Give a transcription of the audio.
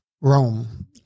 Rome